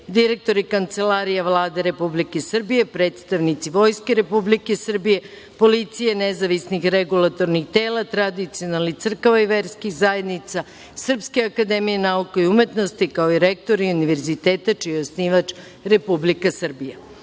direktori kancelarija Vlade Republike Srbije, predstavnici Vojske Republike Srbije, policije, nezavisnih regulatornih tela, tradicionalnih crkava i verskih zajednica, Srpske akademije nauka i umetnosti, kao i rektori univerziteta čiji je osnivač Republika